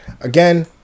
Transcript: again